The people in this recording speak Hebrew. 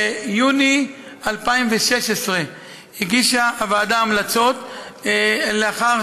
ביוני 2016 הגישה הוועדה המלצות לאחר